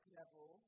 level